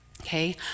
okay